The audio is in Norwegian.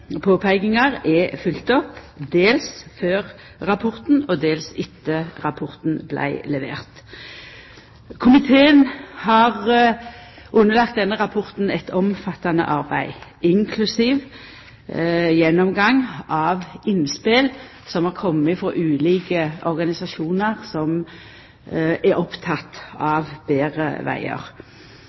påpeikingar, er følgt opp, dels før og dels etter at rapporten vart levert. Komiteen har underlagt denne rapporten eit omfattande arbeid, inklusiv gjennomgang av innspel som har kome frå ulike organisasjonar som er opptekne av betre vegar.